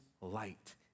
light